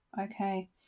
okay